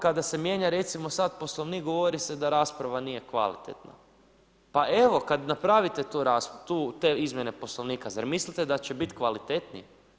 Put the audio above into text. Kada se mijenja recimo sada Poslovnik govori se da rasprava nije kvalitetna, pa evo kada napravite te izmjene Poslovnika zar mislite da će biti kvalitetnije?